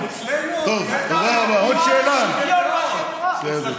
אצלנו התנועה לשוויון בחברה, אצלכם כולם, בסדר.